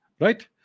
right